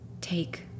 take